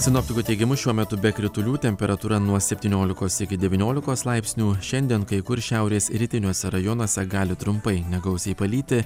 sinoptikų teigimu šiuo metu be kritulių temperatūra nuo septyniolikos iki devyniolikos laipsnių šiandien kai kur šiaurės rytiniuose rajonuose gali trumpai negausiai palyti